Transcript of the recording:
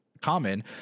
common